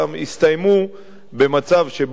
הסתיימו במצב שבו ה"חיזבאללה"